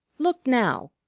look now!